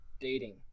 dating